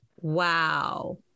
Wow